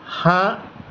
ہاں